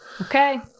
Okay